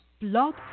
Blog